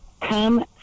come